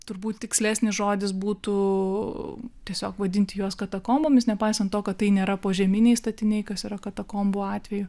turbūt tikslesnis žodis būtų tiesiog vadinti juos katakombomis nepaisant to kad tai nėra požeminiai statiniai kas yra katakombų atveju